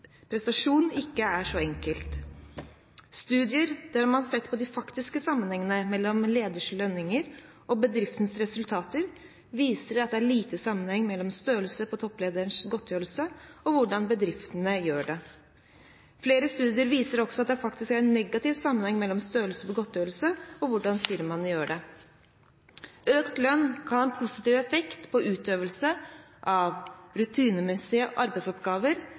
prestasjon ikke er så enkel. Studier der man har sett på de faktiske sammenhengene mellom ledernes lønninger og bedriftenes resultater, viser at det er liten sammenheng mellom størrelse på topplederens godtgjørelse og hvordan bedriftene gjør det. Flere studier viser også at det faktisk er en negativ sammenheng mellom størrelse på godtgjørelsen og hvordan firmaet gjør det. Økt lønn kan ha en positiv effekt på utøvelse av rutinemessige arbeidsoppgaver